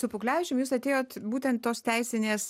su puklevičium jūs atėjot būtent tos teisinės